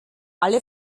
alle